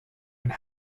and